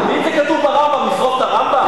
אם זה כתוב ברמב"ם, נשרוף את הרמב"ם?